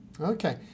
okay